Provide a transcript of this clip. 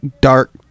dark